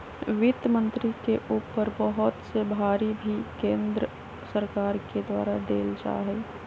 वित्त मन्त्री के ऊपर बहुत से भार भी केन्द्र सरकार के द्वारा देल जा हई